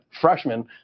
freshman